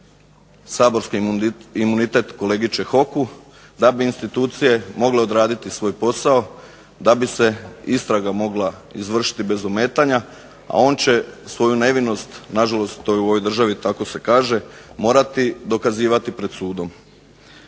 Čehoku da bi institucije mogle odraditi svoj posao, da bi se istraga mogla izvršiti bez ometanja, a on će svoju nevinost, na žalost to je u ovoj državi tako se kaže, morati dokazivati pred sudom.